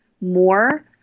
more